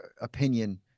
opinion